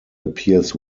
appears